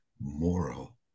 moral